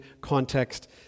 context